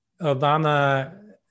Obama